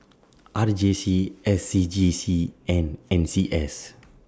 R J C S C G C and N C S